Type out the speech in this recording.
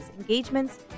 engagements